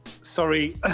sorry